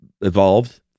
evolved